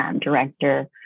director